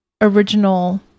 original